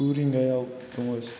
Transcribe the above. गु रिंगायाव दङ